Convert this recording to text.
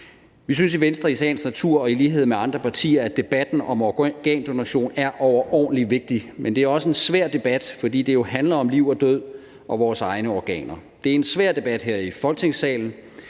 Vi synes i Venstre i sagens natur og i lighed med andre partier, at debatten om organdonation er overordentlig vigtig, men det er også en svær debat, fordi det jo handler om liv og død og vores egne organer. Det er en svær debat her i Folketingssalen,